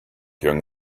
young